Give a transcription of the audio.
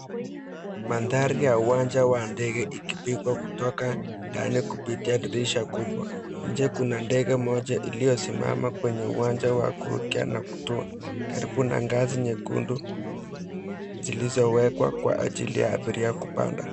Mandhari ya uwanja wa ndege ikipigwa kutoka ndani kupitia dirisha kubwa. Nje kuna ndege moja iliyosimama kwenye uwanja wa kurukia na kutoa. Karibu na ngazi nyekundu zilizowekwa kwa ajili ya abiria kupanda.